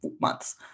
months